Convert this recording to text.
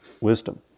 wisdom